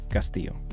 Castillo